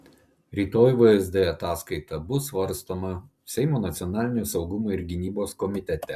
rytoj vsd ataskaita bus svarstoma seimo nacionalinio saugumo ir gynybos komitete